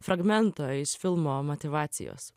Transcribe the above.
fragmento iš filmo motyvacijos